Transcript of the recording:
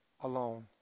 alone